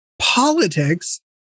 politics